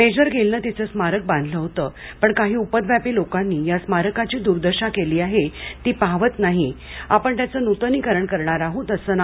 major गिलने तिचं स्मारक बांधलं होतं पण काही उपद्व्यापी लोकांनी या स्मारकाची दुर्दशा केली आहे ती पाहवत नाही आपण त्याचं नूतनीकरण करणार आहोत असं ना